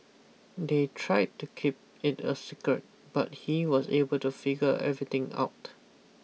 they tried to keep it a secret but he was able to figure everything out